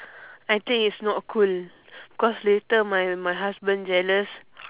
I think it's not cool cause later my my husband jealous